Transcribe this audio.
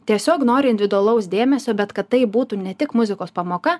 tiesiog nori individualaus dėmesio bet kad tai būtų ne tik muzikos pamoka